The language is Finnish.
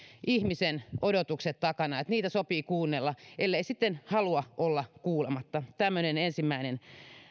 ihmisen odotukset ovat takana ja niitä sopii kuunnella ellei sitten halua olla kuulematta tämmöinen ensimmäinen